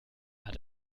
hat